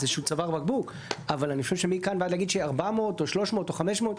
איזשהו צוואר בקבוק אבל אני חושב שמכאן ועד להגיד ש-400 או 300 או 500,